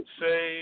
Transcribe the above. say